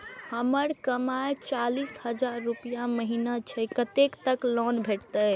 हमर कमाय चालीस हजार रूपया महिना छै कतैक तक लोन भेटते?